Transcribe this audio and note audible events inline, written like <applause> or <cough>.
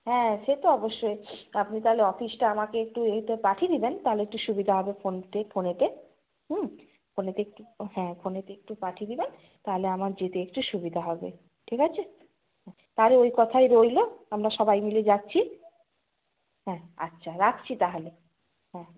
হ্যাঁ সে তো অবশ্যই আপনি তাহলে অফিসটা আমাকে একটু এতে পাঠিয়ে দেবেন তাহলে একটু সুবিধা হবে ফোনতে ফোনেতে ফোনেতে একটু হ্যাঁ ফোনেতে একটু পাঠিয়ে দেবেন তাহলে আমার যেতে একটু সুবিধা হবে ঠিক আছে <unintelligible> তাহলে ওই কথাই রইল আমরা সবাই মিলে যাচ্ছি হ্যাঁ আচ্ছা রাখছি তাহলে হ্যাঁ